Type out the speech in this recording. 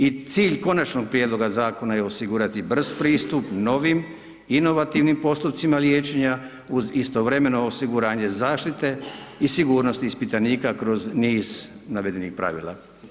I cilj konačnog prijedloga zakona je osigurati brz pristup novim, inovativnim postupcima liječenja uz istovremeno osiguranje zaštite i sigurnosti ispitanika kroz niz navedenih pravila.